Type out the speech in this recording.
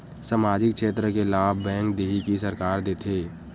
सामाजिक क्षेत्र के लाभ बैंक देही कि सरकार देथे?